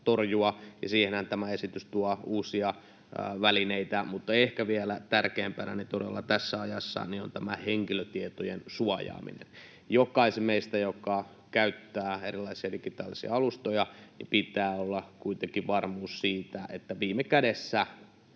torjua, ja siihenhän tämä esitys tuo uusia välineitä, mutta ehkä vielä tärkeämpänä todella tässä ajassa on tämä henkilötietojen suojaaminen. Meistä jokaisella, joka käyttää erilaisia digitaalisia alustoja, pitää olla kuitenkin varmuus siitä, että viime kädessä